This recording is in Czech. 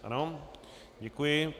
Ano, děkuji.